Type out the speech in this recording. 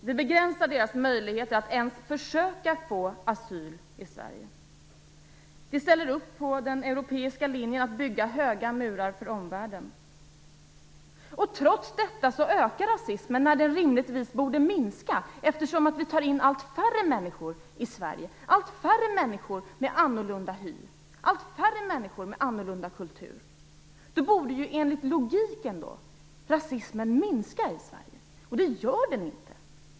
Vi begränsar deras möjligheter att ens försöka få asyl i Sverige. Vi ställer upp på den europeiska linjen att bygga höga murar mot omvärlden. Trots detta ökar rasismen. Rimligtvis borde den minska, eftersom vi tar in allt färre människor i Sverige som har annorlunda hy och annorlunda kultur. Logiskt borde rasismen minska i Sverige, men det gör den inte.